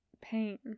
pain